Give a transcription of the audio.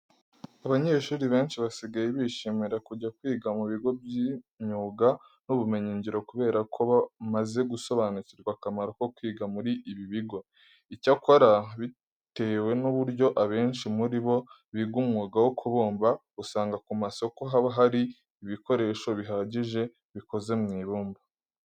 Abanyeshuri benshi basigaye bishimira kujya kwiga mu bigo by'imyuga n'ubumenyingiro kubera ko bamaze gusobanukirwa akamaro ko kwiga muri ibi bigo. Icyakora bitewe n'uburyo abenshi muri bo biga umwuga wo kubumba, usanga ku masoko haba hari ibikoresho bihagije bikoze mu ibumba.